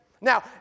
Now